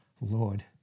Lord